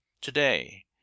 Today